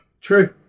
True